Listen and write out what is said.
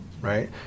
right